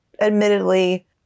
admittedly